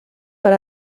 per